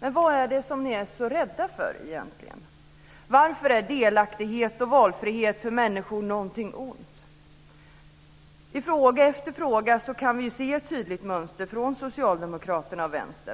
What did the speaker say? Men vad är det som ni är så rädda för egentligen? Varför är delaktighet och valfrihet för människor någonting ont? I fråga efter fråga kan vi se ett tydligt mönster från Socialdemokraterna och Vänstern.